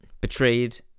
betrayed